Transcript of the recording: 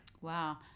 Wow